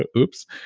ah oops.